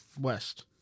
West